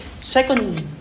second